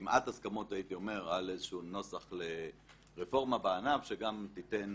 כמעט הסכמות על איזשהו נוסח לרפורמה בענף שייתן